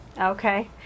Okay